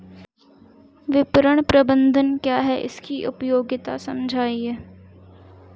विपणन प्रबंधन क्या है इसकी उपयोगिता समझाइए?